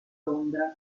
londra